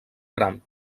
gran